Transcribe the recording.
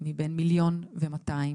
בין מיליון ומאתיים